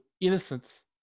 innocence